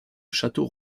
château